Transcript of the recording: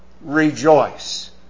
rejoice